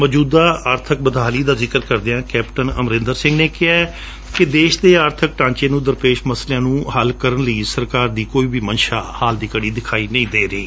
ਸੋਜੁਦਾ ਆਰਬਕ ਬਦਹਾਲੀ ਦਾ ਜਿਕਰ ਕਰਦਿਆਂ ਕੈਪਟਨ ਅਮਰਿੰਦਰ ਸਿੰਘ ਨੇ ਕਿਹੈ ਕਿ ਦੇਸ਼ ਦੇ ਆਰਬਕ ਢਾਂਚੇ ਨੂੰ ਦਰਪੇਸ਼ ਮਾਮਲਿਆਂ ਨੂੰ ਹੱਲ ਕਰਣ ਦਾ ਸਰਕਾਰ ਦੀ ਕੋਈ ਵੀ ਮੰਸ਼ਾ ਦਿਖਾਈ ਨਹੀ ਦੇ ਰਹੀ